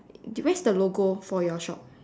where's the logo for your shop